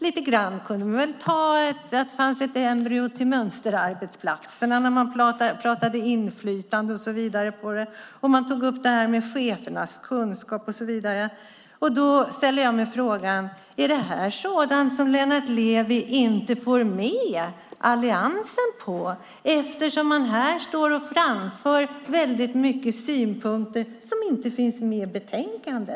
Lite grann fanns det väl ett embryo till mönsterarbetsplatser när man pratade om inflytande. Man tog upp chefernas kunskap. Då ställer jag mig frågan: Är det sådant som Lennart Levi inte får med Alliansen på? Han står här och framför många synpunkter som inte finns med i betänkandet.